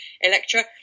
Electra